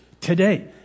today